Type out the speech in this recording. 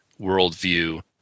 worldview